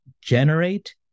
Generate